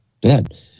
dead